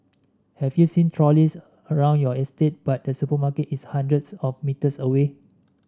have you seen trolleys around your estate but the supermarket is hundreds of metres away